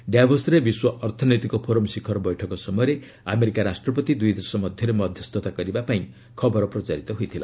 ଡାଭୋସ୍ରେ ବିଶ୍ୱ ଅର୍ଥନୈତିକ ଫୋରମ୍ ଶିଖର ବୈଠକ ସମୟରେ ଆମେରିକା ରାଷ୍ଟ୍ରପତି ଦୂଇ ଦେଶ ମଧ୍ୟରେ ମଧ୍ୟସ୍ଥତା କରିବା ପାଇଁ ଖବର ପ୍ରଚାରିତ ହୋଇଥିଲା